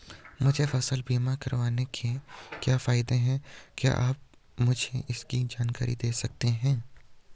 मुझे फसल बीमा करवाने के क्या फायदे हैं क्या आप मुझे इसकी जानकारी दें सकते हैं?